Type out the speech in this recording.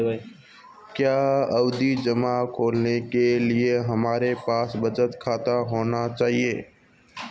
क्या आवर्ती जमा खोलने के लिए मेरे पास बचत खाता होना चाहिए?